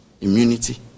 immunity